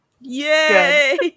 Yay